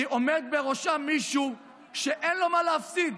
כי עומד בראשה מישהו שאין מה להפסיד.